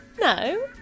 No